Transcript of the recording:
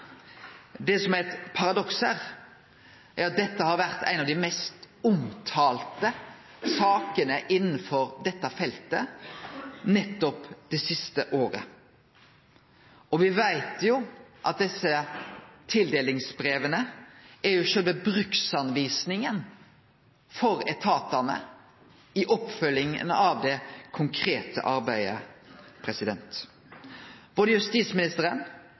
Det som er eit paradoks her, er at dette har vore ei av dei mest omtalte sakene innanfor dette feltet nettopp det siste året. Og me veit jo at desse tildelingsbreva er sjølve bruksrettleiinga for etatane i oppfølginga av det konkrete arbeidet. Både justisministeren